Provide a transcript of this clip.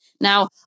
Now